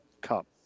Cup